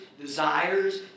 desires